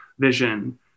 vision